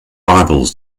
bibles